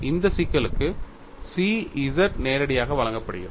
இந்த சிக்கலுக்கு chi z நேரடியாக வழங்கப்படுகிறது